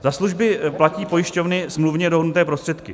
Za služby platí pojišťovny smluvně dohodnuté prostředky.